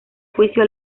juicio